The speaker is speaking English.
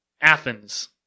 Athens